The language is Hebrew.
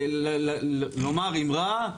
לומר אם רע,